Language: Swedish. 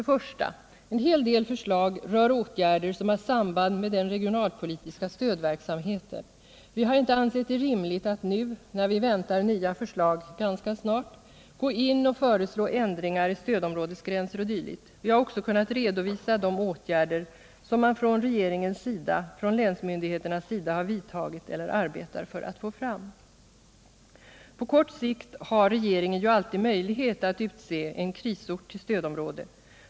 Den första är att en hel del förslag rör åtgärder som har samband med den regionalpolitiska stödverksamheten. Vi har inte ansett det rimligt att nu, när vi väntar nya förslag ganska snart, gå in och föreslå ändringar i stödområdesgränser o. d. Vi har också kunnat redovisa de åtgärder som man från regeringens och länsmyndigheternas sida har vidtagit eller arbetar för att få fram. På kort sikt har ju regeringen alltid möjlighet att utse en krisort till stödområde.